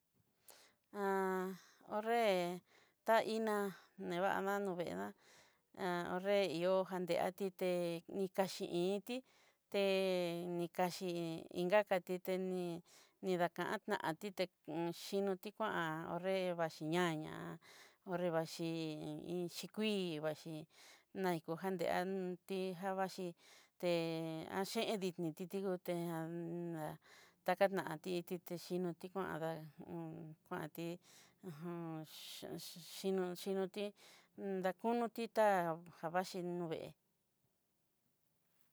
o're ta iná'a nevana to'o eda'a reiho'o jan de atite ni kaxí'i iin tí te'e ni kaxhí inkakatí ta ní dakantanti téx chinoti kuaan gonreé vaxhí ña ñá'a konrevaxhi iin chí kuií vaxhí naikojanté i jan vaxhi te'e hen iin dini kiti guté'en jan na 'an ta ka na titi xhinotí kuan tá hu un, kuantí ajan xhi- xhinó xhinotí dakonotí tan jan vexhíí nuve.